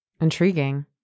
Intriguing